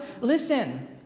Listen